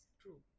true